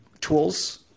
tools